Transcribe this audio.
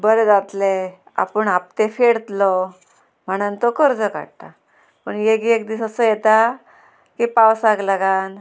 बरें जातलें आपूण हफते फेडतलो म्हणान तो कर्ज काडटा पूण एक एक दीस असो येता की पावसाक लागोन